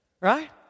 right